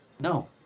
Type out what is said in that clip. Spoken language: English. No